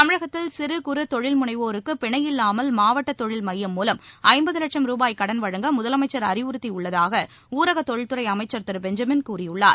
தமிழகத்தில் சிறு குறு தொழில் முனைவோருக்குபினையில்வாமல் மாவட்டதொழில் மையம் மூலம் ஐய்பதுலட்சம் ரூபாய் கடன் வழங்க முதலமைச்சர் அறிவுறுத்தியுள்ளதாகஊரகதொழில்துறைஅமைச்சர் திருபெஞ்சமின் கூறியுள்ளார்